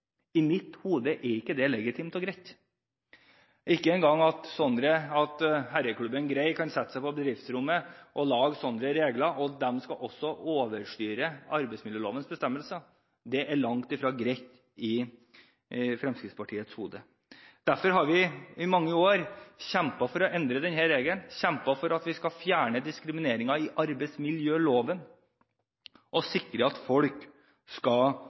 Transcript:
I mitt hode er det ikke legitimt og greit at «gutteklubben Grei» kan sette seg på bedriftsrommet og lage slike regler, som også skal overstyre arbeidsmiljølovens bestemmelser. Det er langt ifra greit i Fremskrittspartiets hode. Derfor har vi i mange år kjempet for å endre denne regelen – kjempet for at vi skal fjerne diskrimineringen i arbeidsmiljøloven, og sikre at folk skal